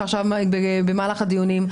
שעכשיו במהלך הדיונים,